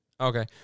Okay